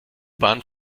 bahn